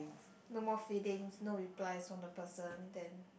no more feelings no replies from the person then